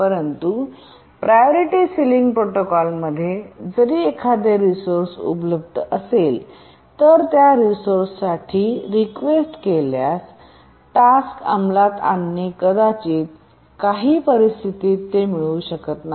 परंतु priority ceiling protocol मध्ये जरी एखादे रिसोर्से उपलब्ध असेल तर त्या रिसोर्सेस साठी रीक्वेस्ट केल्यास टास्क अंमलात आणणे कदाचित काही परिस्थितीत ते मिळू शकत नाही